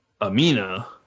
Amina